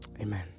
Amen